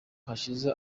hashize